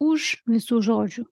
už visų žodžių